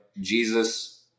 Jesus